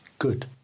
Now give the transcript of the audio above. good